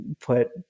put